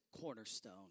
cornerstone